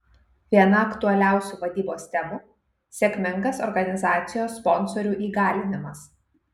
viena aktualiausių vadybos temų sėkmingas organizacijos sponsorių įgalinimas